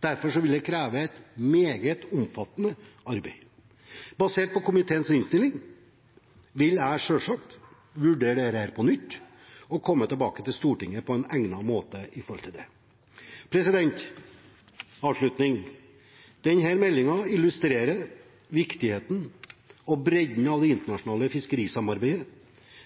Derfor vil det kreve et meget omfattende arbeid. Basert på komiteens innstilling vil jeg selvsagt vurdere dette på nytt og komme tilbake til Stortinget på en egnet måte når det gjelder dette. Avslutningsvis: Denne meldingen illustrerer viktigheten av og bredden i det internasjonale fiskerisamarbeidet.